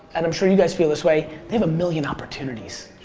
and i'm sure you guys feel this way, they have a million opportunities,